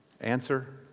Answer